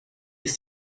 ist